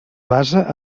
basa